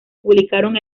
publicaron